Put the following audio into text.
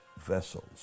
vessels